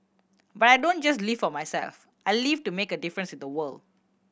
but I don't just live for myself I live to make a difference in the world